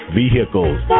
vehicles